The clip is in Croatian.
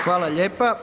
Hvala lijepa.